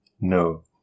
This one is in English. No